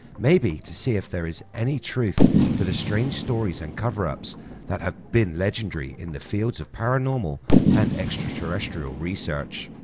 maybe to see if there is any truth to the strange stories and cover ups that have become legendary in the fields of paranormal and extraterrestrial research.